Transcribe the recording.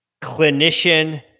clinician